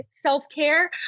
self-care